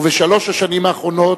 ובשלוש השנים האחרונות,